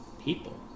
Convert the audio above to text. people